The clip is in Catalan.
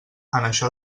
això